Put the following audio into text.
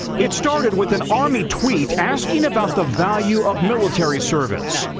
it started with an army tweet asking about the value of military service.